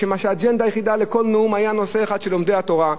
האג'נדה היחידה לכל נאום היה נושא אחד של לומדי התורה.